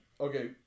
okay